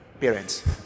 parents